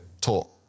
talk